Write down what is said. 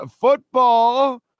football